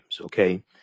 okay